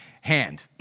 Hand